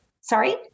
Sorry